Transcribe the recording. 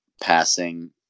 passing